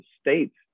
states